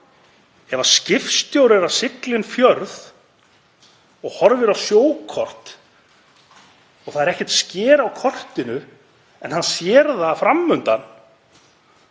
Ef skipstjóri er að sigla inn fjörð og horfir á sjókort og það er ekkert sker á kortinu en hann sér það fram undan,